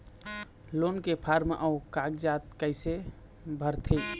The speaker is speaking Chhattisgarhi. लोन के फार्म अऊ कागजात कइसे भरथें?